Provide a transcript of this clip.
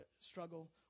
struggle